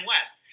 West